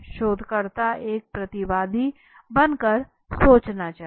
शोधकर्ता को एक प्रतिवादी बनकर सोचना चाहिए